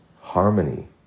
harmony